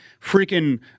freaking